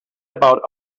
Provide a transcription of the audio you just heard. about